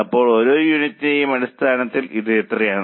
അപ്പോൾ ഓരോ യൂണിറ്റിന്റെ അടിസ്ഥാനത്തിൽ ഇത് എത്രയാണ്